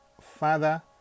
Father